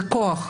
זה כוח.